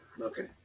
okay